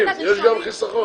יש גם חיסכון.